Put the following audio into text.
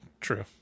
true